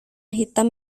hitam